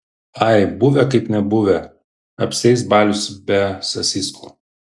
ai buvę kaip nebuvę apsieis balius be sasiskų